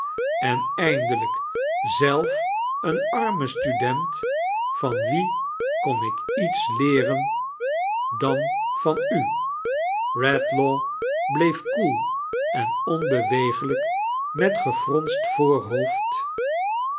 en eindelijk zelf een arme student van wien kon ik iets leeren dan van u bedlaw bueef koel en onbewegelijk met gefronst voorhoofd